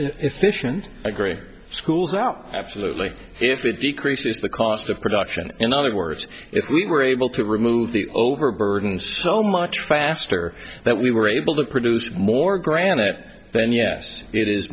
efficient i agree schools out absolutely if it decreases the cost of production in other words if we were able to remove the overburden so much faster that we were able to produce more granite then yes it is